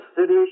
city